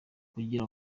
kugira